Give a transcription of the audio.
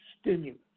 stimulus